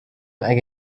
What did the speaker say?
اگه